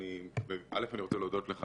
אני רוצה להודות לך,